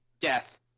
Death